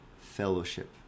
fellowship